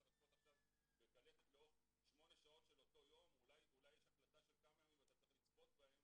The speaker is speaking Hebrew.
אתה צריך לצפות כל יום 8 שעות ואולי יש הקלטה של כמה ימים שיש לצפות בה,